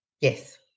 Yes